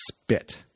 Spit